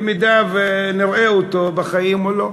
במידה שנראה אותו בחיים, או לא.